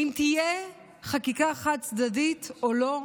האם תהיה חקיקה חד-צדדית או לא?